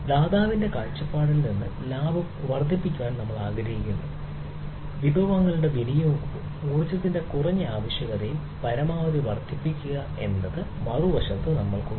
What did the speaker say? ദാതാവിന്റെ കാഴ്ചപ്പാടിൽ നിന്ന് ലാഭം വർദ്ധിപ്പിക്കാൻ ഞാൻ ആഗ്രഹിക്കുന്നു വിഭവങ്ങളുടെ വിനിയോഗവും ഊർജ്ജത്തിന്റെ കുറഞ്ഞ ആവശ്യകതയും പരമാവധി വർദ്ധിപ്പിക്കുക എന്നത് മറുവശത്ത് നമ്മൾക്ക് ഉണ്ട്